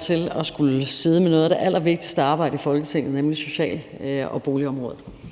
til at skulle sidde med noget af det allervigtigste arbejde i Folketinget, nemlig social- og boligområdet.